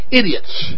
idiots